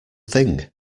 thing